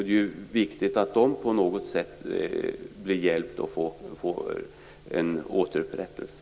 Det är viktigt att de berörda på något sätt får hjälp och upprättelse.